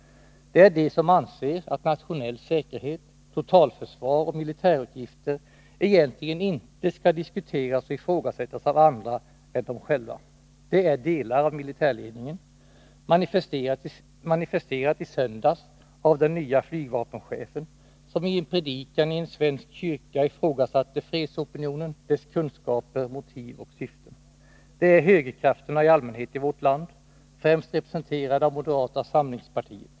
Det är de som anser att nationell säkerhet, totalförsvar och militärutgifter egentligen inte skall diskuteras och ifrågasättas av andra än dem själva. Det är delar av militärledningen, manifesterat i söndags av den nye flygvapenchefen, som i en predikan i en svensk kyrka ifrågasatte fredsopinionen, dess kunskaper, motiv och syften. Det är högerkrafterna i allmänhet i vårt land, främst representerade av moderata samlingspartiet.